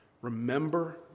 remember